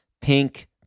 Pink